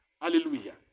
Hallelujah